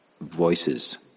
voices